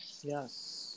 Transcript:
yes